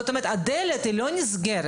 זאת אומרת, הדלת לא נסגרת.